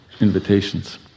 invitations